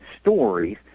stories